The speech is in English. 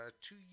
two